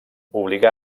obligà